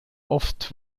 oft